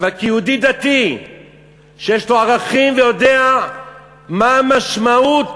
אבל כיהודי דתי שיש לו ערכים ויודע מה המשמעות